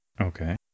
Okay